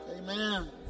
Amen